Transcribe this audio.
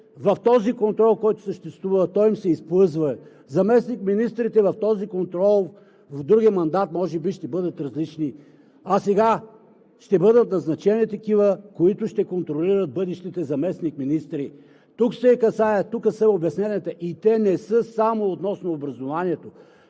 в този контрол, който съществува. Той им се изплъзва. Заместник-министрите в другия мандат може би ще бъдат различни, а сега ще бъдат назначени такива, които ще контролират бъдещите заместник-министри. Тука са обясненията и те не са само относно образованието.